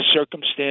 circumstance